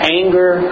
anger